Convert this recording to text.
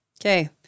Okay